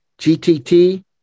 GTT